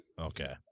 okay